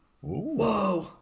Whoa